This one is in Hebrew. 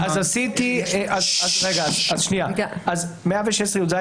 כשהיא שמה נוסח על השולחן,